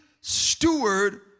steward